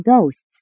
ghosts